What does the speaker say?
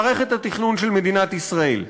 את מערכת התכנון של מדינת ישראל?